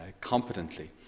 competently